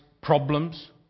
problems